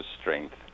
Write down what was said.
strength